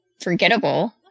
forgettable